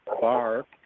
bar